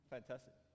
Fantastic